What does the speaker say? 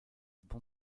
bon